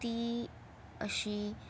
ती अशी